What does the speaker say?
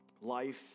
life